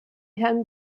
herrn